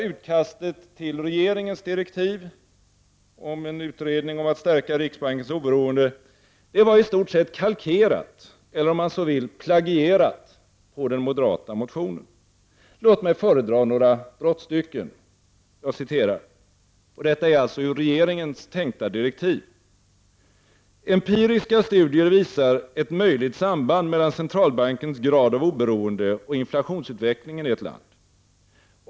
Utkastet till direktiv var i stort sett kalkerat eller, om man så vill, plagierat på den moderata motionen. Lågt mig föredra några brottstycken ur utredningens tänkta direktiv: ”Empiriska studier visar ett möjligt samband mellan centralbankens grad av oberoende och inflationsutvecklingen i ett land ———.